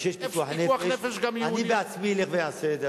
אני עצמי אלך ואעשה את זה.